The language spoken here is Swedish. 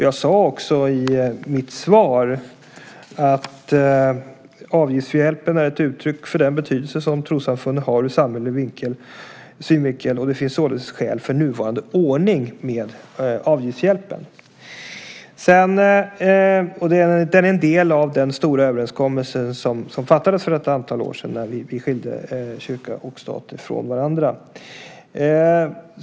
Jag sade också i mitt svar att "avgiftshjälpen är ett uttryck för den betydelse som trossamfunden har ur samhällelig synvinkel. Det finns således starka skäl för nuvarande ordning." Den är en del av den stora överenskommelse som fattades för ett antal år sedan när vi skilde kyrka och stat från varandra.